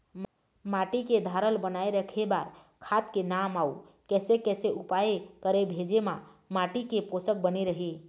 माटी के धारल बनाए रखे बार खाद के नाम अउ कैसे कैसे उपाय करें भेजे मा माटी के पोषक बने रहे?